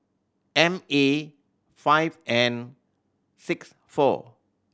M A five N six four